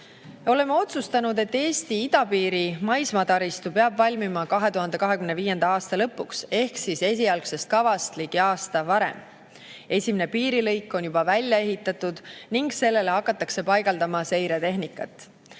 Oleme otsustanud, et Eesti idapiiri maismaataristu peab valmima 2025. aasta lõpuks ehk esialgsest kavast ligi aasta varem. Esimene piirilõik on juba välja ehitatud ning sellele hakatakse paigaldama seiretehnikat.